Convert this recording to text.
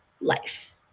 life